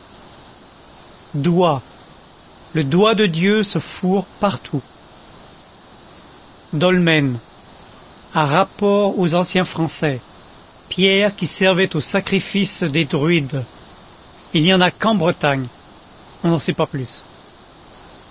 doigt le doigt de dieu se fourre partout dolmen a rapport aux anciens français pierre qui servait au sacrifice des druides il n'y en a qu'en bretagne on n'en sait pas plus